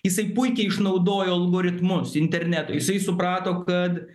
jisai puikiai išnaudojo algoritmus internetą jisai suprato kad